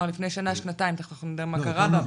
הוא אמר לפני שנה-שנתיים, תכף נדע מה קרה גם.